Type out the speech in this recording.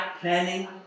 planning